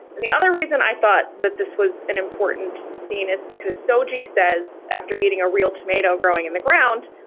and the other reason reason i thought that this was an important scene is because so g says after eating a real tomato growing in the ground,